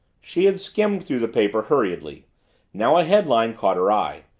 she had skimmed through the paper hurriedly now a headline caught her eye.